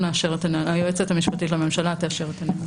היועצת המשפטית לממשלה תאשר את הנהלים.